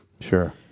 Sure